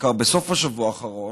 בעיקר בסוף השבוע האחרון,